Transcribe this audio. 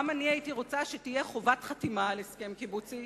גם אני כמוך הייתי רוצה שתהיה חובת חתימה על הסכם קיבוצי.